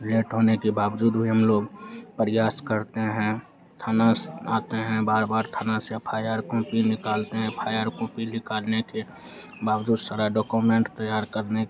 late होने के बावजूद भी हम लोग प्रयास करते हैं थाना से आते हैं बार बार थाने से एफ आय आर कॉपी निकालते हैं एफ आय आर कॉपी निकालने के बावजूद सारे डॉकोमेन्ट तैयार करने